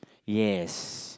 yes